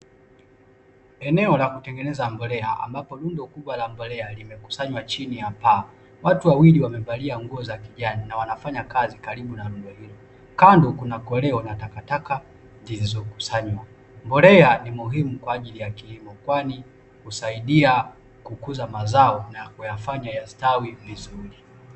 Eneo la kutengeneza mbolea, ambapo rundo kubwa la mbolea limekusanywa chini ya paa. Watu wawili wamevalia nguo za kijani na wanafanya kazi karibu na rundo hilo, kando kuna na koleo na takataka zilizokusanywa. Mbolea ni muhimu kwa ajili ya kilimo, kwani husaidia kukuza mazao na kuyafanya yastawi vizuri.